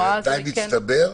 זה תנאי מצטבר?